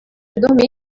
dormir